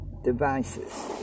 devices